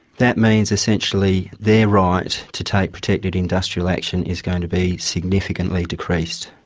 that means essentially their right to take protected industrial action is going to be significantly decreased.